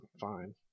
Fine